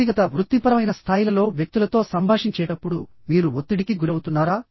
వ్యక్తిగత వృత్తిపరమైన స్థాయిలలో వ్యక్తులతో సంభాషించేటప్పుడు మీరు ఒత్తిడికి గురవుతున్నారా